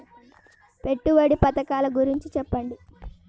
పెట్టుబడి పథకాల గురించి చెప్పండి?